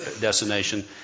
destination